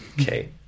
Okay